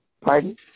Pardon